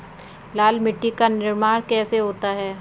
लाल मिट्टी का निर्माण कैसे होता है?